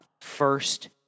first